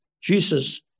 Jesus